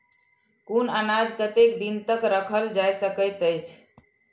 कुनू अनाज कतेक दिन तक रखल जाई सकऐत छै?